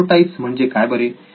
prototypes म्हणजे काय बरे